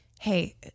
hey